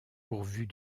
pourvues